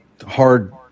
hard